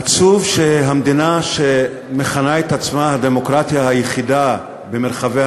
עצוב שהמדינה שמכנה את עצמה הדמוקרטיה היחידה במרחבי